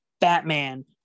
Batman